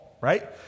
right